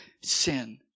sin